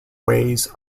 ways